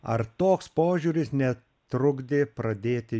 ar toks požiūris ne trukdė pradėti